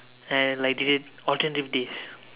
and I did it alternative days